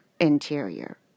Interior